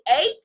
eight